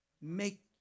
make